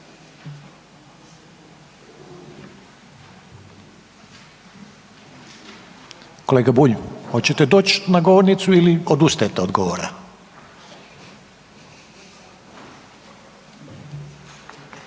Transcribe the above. Kolega Bulj hoćete doći na govornicu ili odustajete od govora?